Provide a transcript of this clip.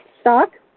stock